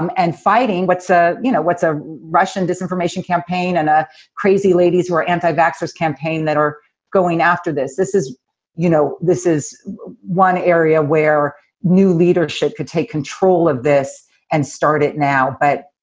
um and fighting what's ah you know what's a russian disinformation campaign and a crazy ladies who are anti vaccines campaign that are going after this. this is you know, this is one area where new leadership could take control of this and start it now, but